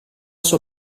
sua